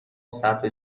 صرفه